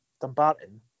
Dumbarton